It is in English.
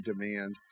demand